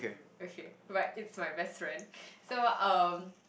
okay but it's my best friend so um